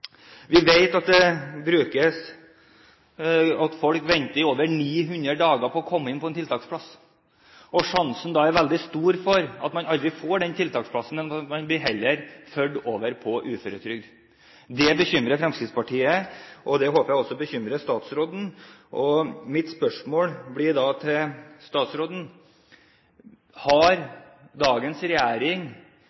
Vi vet at folk venter i over 900 dager på å komme inn på en tiltaksplass, og sjansen er da veldig stor for at man aldri får den tiltaksplassen, men heller blir ført over på uføretrygd. Det bekymrer Fremskrittspartiet, og det håper jeg også bekymrer statsråden. Mine spørsmål til statsråden blir da: Har dagens regjering gitt opp kampen for å få de svake tilbake til